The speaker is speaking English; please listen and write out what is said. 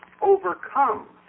overcome